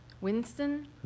Winston